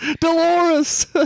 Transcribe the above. Dolores